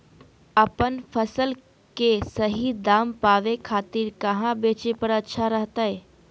अपन फसल के सही दाम पावे खातिर कहां बेचे पर अच्छा रहतय?